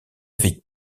avec